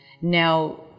Now